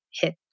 hit